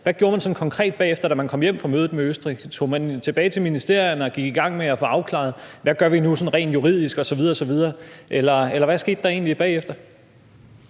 Hvad gjorde man sådan konkret bagefter, da man kom hjem fra mødet med Østrig? Tog man tilbage til ministerierne og gik i gang med at få afklaret, at hvad gør vi nu sådan rent juridisk osv. osv., eller hvad skete der egentlig bagefter?